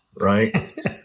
Right